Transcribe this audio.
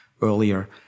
earlier